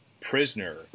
prisoner